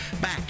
back